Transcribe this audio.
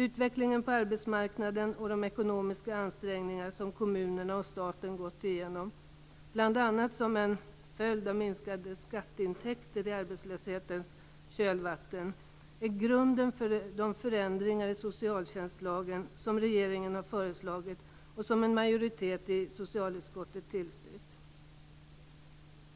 Utvecklingen på arbetsmarknaden och de ekonomiska ansträngningar som kommunerna och staten har gått igenom - bl.a. som en följd av minskade skatteintäkter i arbetslöshetens kölvatten - är grunden för de förändringar i socialtjänstlagen som regeringen har föreslagit och som en majoritet i socialutskottet har tillstyrkt.